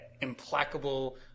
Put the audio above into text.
implacable